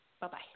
Bye-bye